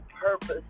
purpose